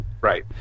Right